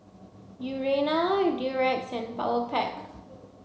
Urana Durex and Powerpac